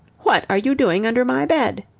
what are you doing under my bed?